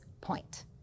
point